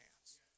hands